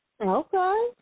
Okay